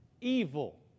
evil